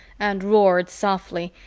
and roared softly,